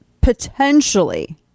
potentially